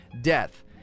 Death